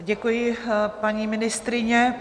Děkuji, paní ministryně.